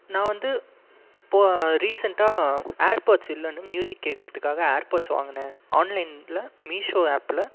நான் வந்து இப்போ ரீசண்டாக ஏர் பேட்ஸ் இல்லைனு மியூசிக் கேட்குறதுக்காக ஏர் பேட்ஸ் வாங்கினேன் ஆன்லைனில் மீசோ ஆப்பில்